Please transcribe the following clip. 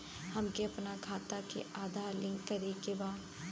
हमके अपना खाता में आधार लिंक करें के बा?